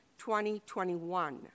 2021